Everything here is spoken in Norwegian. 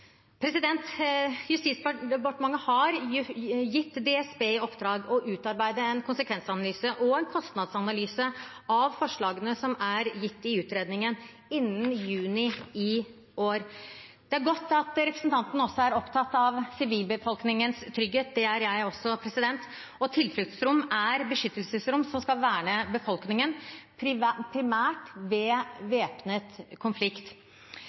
har gitt DSB i oppdrag å utarbeide en konsekvensanalyse og en kostnadsanalyse av forslagene som er gitt i utredningen, innen juni i år. Det er godt at representanten også er opptatt av sivilbefolkningens trygghet, det er jeg også, og tilfluktsrom er beskyttelsesrom som skal verne befolkningen, primært ved væpnet konflikt.